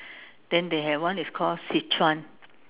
then they have one is called Sichuan